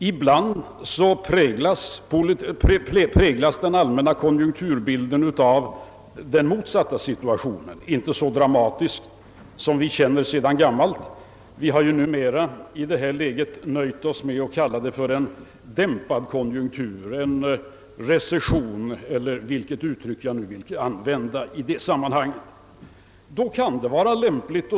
Ibland präglas den allmänna konjunkturbilden av den motsatta situationen, ehuru inte så dramatiskt som förr i världen. Vi nöjer oss numera med att kalla den en dämpad konjunktur, en recession eller vilket uttryck vi nu vill använda i det sammanhanget.